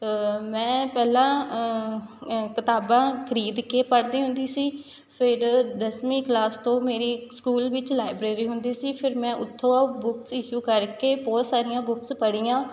ਮੈਂ ਪਹਿਲਾਂ ਕਿਤਾਬਾਂ ਖਰੀਦ ਕੇ ਪੜ੍ਹਦੀ ਹੁੰਦੀ ਸੀ ਫਿਰ ਦਸਵੀਂ ਕਲਾਸ ਤੋਂ ਮੇਰੀ ਸਕੂਲ ਵਿੱਚ ਲਾਈਬਰੇਰੀ ਹੁੰਦੀ ਸੀ ਫਿਰ ਮੈਂ ਉਥੋਂ ਬੁੱਕਸ ਇਸ਼ੂ ਕਰਕੇ ਬਹੁਤ ਸਾਰੀਆਂ ਬੁੱਕਸ ਪੜ੍ਹੀਆਂ